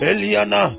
Eliana